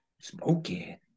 smoking